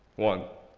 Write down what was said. one.